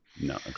No